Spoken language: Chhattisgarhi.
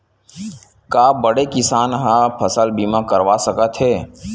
का बड़े किसान ह फसल बीमा करवा सकथे?